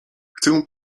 chcę